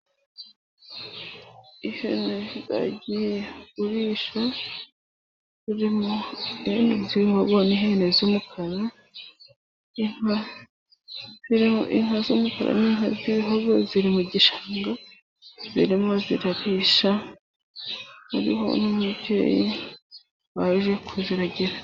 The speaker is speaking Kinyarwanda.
Ihene zagiye kurisha zirimo n'inka z'ibihogo, ihene z'umukara zirimo inka z'umukara n'inka. Ziri mu gishanga zirimo zirarisha, hariho n'umubyeyi waje kuziragira.